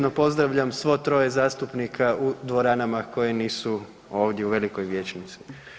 pozdravljam svo troje zastupnika u dvoranama koje nisu ovdje u velikoj vijećnici.